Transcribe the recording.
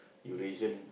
you reason